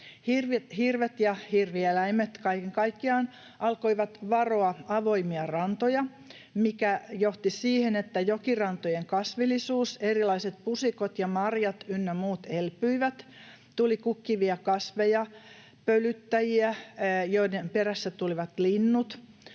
Hirvet ja hirvieläimet kaiken kaikkiaan alkoivat varoa avoimia rantoja, mikä johti siihen, että jokirantojen kasvillisuus, erilaiset pusikot ja marjat ynnä muut elpyivät, tuli kukkivia kasveja, pölyttäjiä, joiden perässä tulivat linnut,